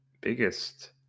biggest